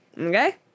Okay